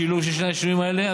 שילוב של שני השינויים האלה,